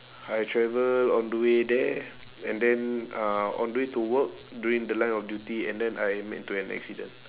I travel on the way there and then uh on the way to work during the line of duty and then I met to an accident